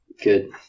Good